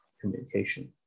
communication